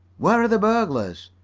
where are the burglars?